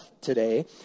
today